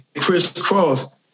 crisscross